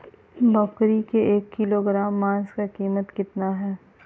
बकरी के एक किलोग्राम मांस का कीमत कितना है?